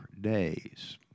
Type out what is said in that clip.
days